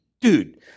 dude